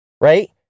right